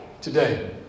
today